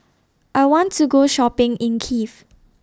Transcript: I want to Go Shopping in Kiev